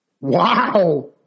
Wow